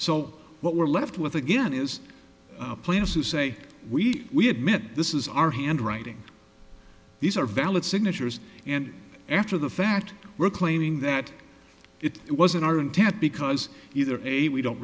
so what we're left with again is a plan to say we met this is our handwriting these are valid signatures and after the fact we're claiming that it wasn't our intent because either a we don't